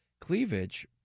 cleavage